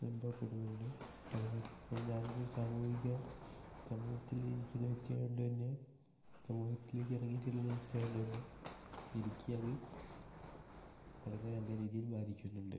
അനുഭവപ്പെടുന്നുണ്ട് അതുപോലെ ഇപ്പോൾ ഞാനൊരു സാമൂഹിക സമൂഹത്തിൽ ജീവിക്കുന്ന വ്യക്തി ആയതുകൊണ്ട് തന്നെ സമൂഹത്തിലേക്ക് ഇറങ്ങിച്ചെല്ലുന്ന വ്യക്തി ആയത് കൊണ്ട് തന്നെ എനിക്ക് അത് വളരെ നല്ല രീതിയിൽ ബാധിക്കുന്നുണ്ട്